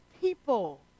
people